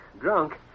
Drunk